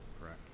Correct